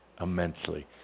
Immensely